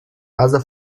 other